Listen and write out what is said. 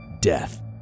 death